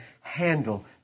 handle